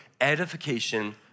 edification